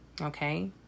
okay